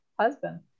husband